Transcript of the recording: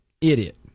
Idiot